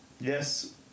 Yes